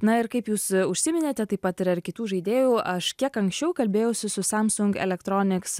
na ir kaip jūs užsiminėte taip pat yra ir kitų žaidėjų aš kiek anksčiau kalbėjausi su samsung electronics